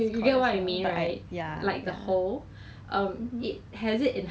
they are willing to go such extent to reduce the volume and the worry at that price